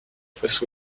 face